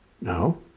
No